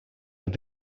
have